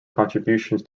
contributions